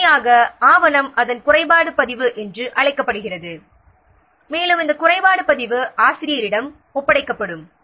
இறுதியாக ஆவணம் அதன் குறைபாடு பதிவு என்று அழைக்கப்படுகிறது மேலும் இந்த குறைபாடு பதிவு ஆசிரியரிடம் ஒப்படைக்கப்படும்